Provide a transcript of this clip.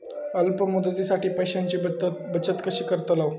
अल्प मुदतीसाठी पैशांची बचत कशी करतलव?